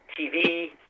TV